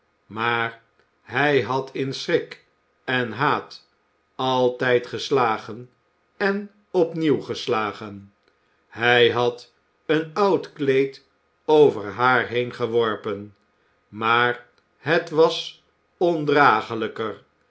maar hij had in schrik en haat altijd geslagen en opnieuw geslagen hij had een oud kleed over haar heen geworpen maar het was ondraaglijker